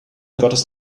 gottes